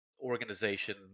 organization